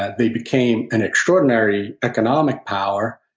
they became an extraordinary economic power,